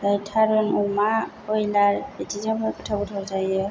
ओमफ्राय थारुन अमा बयलार बिदिजोंबो गोथाव गोथाव जायो